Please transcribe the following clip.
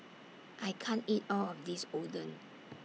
I can't eat All of This Oden